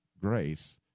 Grace